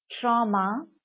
trauma